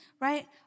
right